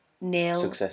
nil